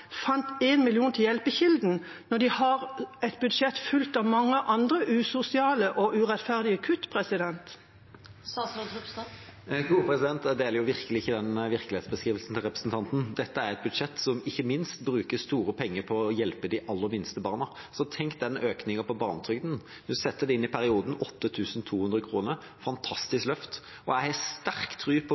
fant 1 mill. kr til Hjelpekilden når de har et budsjett fullt av mange andre usosiale og urettferdige kutt? Jeg deler virkelig ikke den virkelighetsbeskrivelsen til representanten. Dette er et budsjett som ikke minst bruker store penger på å hjelpe de aller minste barna. Tenk på økningen i barnetrygden i denne perioden: 8 200 kr – et fantastisk løft. Og jeg har sterk tro på